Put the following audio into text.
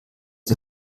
die